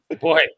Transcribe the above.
boy